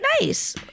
nice